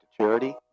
charity